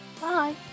Bye